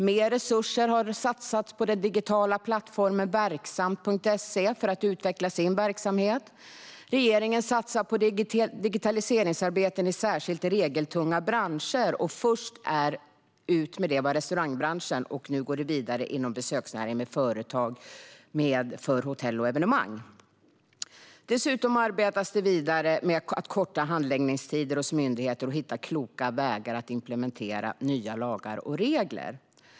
Mer resurser har satsats på den digitala plattformen Verksamt.se för att utveckla den verksamheten. Regeringen satsar på digitaliseringsarbeten i särskilt regeltunga branscher. Först ut var restaurangbranschen, och nu går man vidare inom besöksnäringen med företag inom hotell och evenemangsområdet. Dessutom arbetas det vidare med att korta handläggningstider hos myndigheter och hitta kloka vägar att implementera nya lagar och regler.